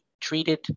treated